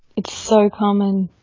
it's so common.